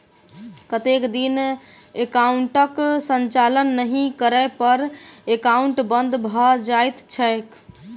कतेक दिन एकाउंटक संचालन नहि करै पर एकाउन्ट बन्द भऽ जाइत छैक?